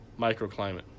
microclimate